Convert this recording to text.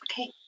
Okay